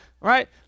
Right